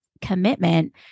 commitment